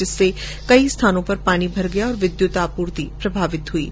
जिससे कई स्थानों पर पानी भर गया और विद्युत आपूर्ति प्रभावित हुई है